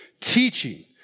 teaching